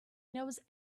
knows